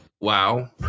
WoW